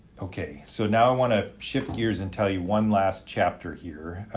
okay, so now, i wanna shift gears and tell you one last chapter here.